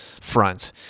front